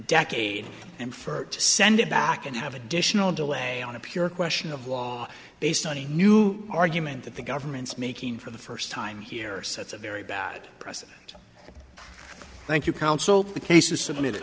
decades and for it to send it back and have additional delay on a pure question of law based on a new argument that the government's making for the first time here sets a very bad precedent thank you counsel to the cases s